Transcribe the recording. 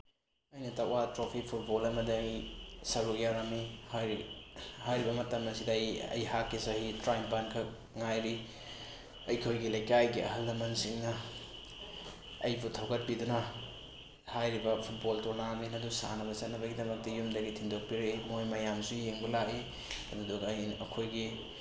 ꯑꯩꯅ ꯇꯛꯋꯥ trophy football ꯑꯃꯗ ꯑꯩ ꯁꯔꯨꯛ ꯌꯥꯔꯝꯃꯤ ꯍꯥꯏꯔꯤꯕ ꯃꯇꯝ ꯑꯁꯤꯗ ꯑꯩ ꯑꯩꯍꯥꯛꯀꯤ ꯆꯍꯤ ꯇꯔꯥꯅꯤꯄꯥꯟꯈꯛ ꯉꯥꯏꯔꯤ ꯑꯩꯈꯣꯏꯒꯤ ꯂꯩꯀꯥꯏꯒꯤ ꯑꯍꯜ ꯂꯃꯟꯁꯤꯡꯅ ꯑꯩꯕꯨ ꯊꯧꯒꯠꯄꯤꯗꯨꯅ ꯍꯥꯏꯔꯤꯕ ꯐꯨꯠꯕꯣꯜ ꯇꯣꯔꯅꯥꯃꯦꯟ ꯑꯗꯨ ꯁꯥꯟꯅꯕ ꯆꯠꯅꯕꯒꯤꯗꯃꯛꯇ ꯌꯨꯝꯗꯒꯤ ꯊꯤꯟꯗꯣꯛꯄꯤꯔꯛꯏ ꯃꯣꯏ ꯃꯌꯥꯝꯁꯨ ꯌꯦꯡꯕ ꯂꯥꯛꯏ ꯑꯗꯨꯗꯨꯒ ꯑꯩꯅ ꯑꯩꯈꯣꯏꯒꯤ